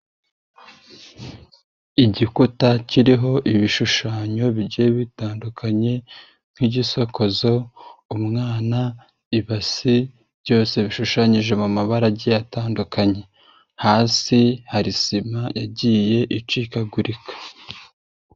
Igikuta kiriho ibishushanyo bigiye bitandukanye nk'igisokozo, umwana, ibase byose bishushanyije mu mabara agiye atandukanye. Hasi hari sima yagiye icikagurika.